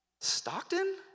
Stockton